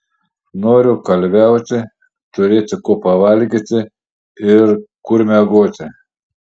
noriu kalviauti turėti ko pavalgyti ir kur miegoti